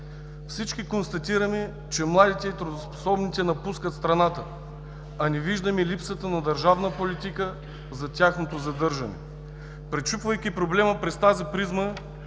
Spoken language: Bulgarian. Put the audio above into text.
Всички констатираме, че младите и трудоспособните напускат страната, а не виждаме липсата на държавна политика за тяхното задържане. Пречупвайки проблема през тази призма